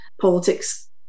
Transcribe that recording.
politics